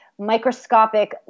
Microscopic